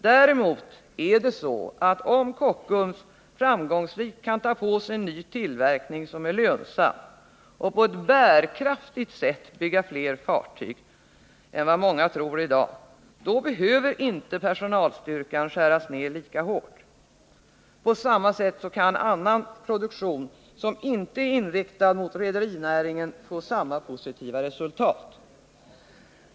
Däremot är det så, att om Kockums framgångsrikt kan ta på sig ny tillverkning som är lönsam och på ett bärkraftigt sätt bygga fler fartyg än vad många tror i dag, då behöver inte personalstyrkan skäras ner lika hårt. På samma sätt kan annan produktion som inte är inriktad mot rederinäringen få samma positiva resultat.